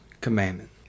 commandment